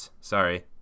Sorry